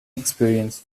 experience